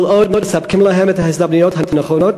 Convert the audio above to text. כל עוד מספקים להן את ההזדמנויות הנכונות,